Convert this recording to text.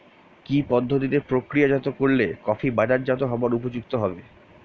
কি পদ্ধতিতে প্রক্রিয়াজাত করলে কফি বাজারজাত হবার উপযুক্ত হবে?